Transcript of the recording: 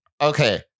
okay